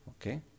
Okay